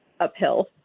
uphill